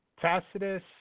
Tacitus